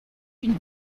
une